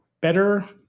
better